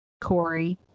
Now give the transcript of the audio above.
Corey